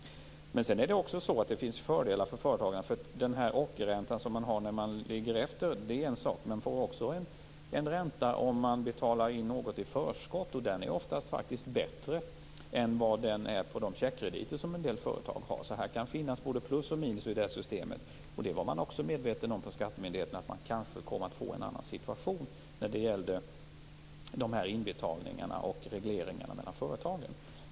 Men det finns också fördelar för företagarna. Den ockerränta som tillämpas när företagarna ligger efter är en sak, men de får också en ränta om de betalar in i förskott, och den är ofta faktiskt bättre än på de checkkrediter som en del företag har. Det kan alltså finnas både plus och minus i systemet, och man var på skattemyndigheterna medveten om att man kanske kommer att få en annan situation när det gäller inbetalningar och regleringar mellan företagen.